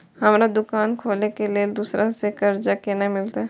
हमरा दुकान खोले के लेल दूसरा से कर्जा केना मिलते?